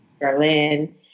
Berlin